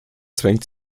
zwängt